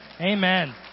Amen